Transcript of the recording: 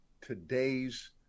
today's